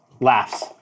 laughs